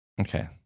okay